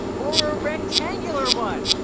or a rectangular one!